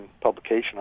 publication